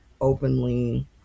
openly